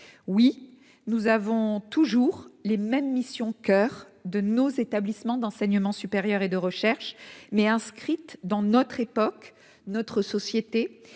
oui, nous avons toujours les mêmes missions coeur de nos établissements d'enseignement supérieur et de recherche mais inscrite dans notre époque notre société